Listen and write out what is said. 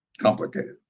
complicated